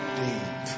deep